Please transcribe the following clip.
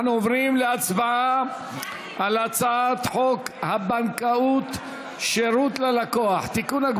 אנחנו עוברים להצבעה על הצעת חוק הבנקאות (שירות ללקוח) (תיקון,